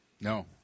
No